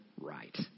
right